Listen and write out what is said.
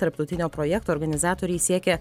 tarptautinio projekto organizatoriai siekia